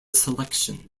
selection